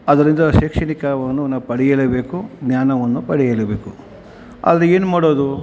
ಅದರಿಂದ ಶೈಕ್ಷಣಿಕವನ್ನು ನಾವು ಪಡೆಯಲೇಬೇಕು ಜ್ಞಾನವನ್ನು ಪಡೆಯಲೇಬೇಕು ಆದರೆ ಏನು ಮಾಡೋದು